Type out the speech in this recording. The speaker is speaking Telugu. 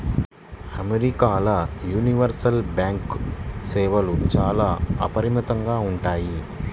అమెరికాల యూనివర్సల్ బ్యాంకు సేవలు చాలా అపరిమితంగా ఉంటాయి